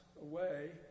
away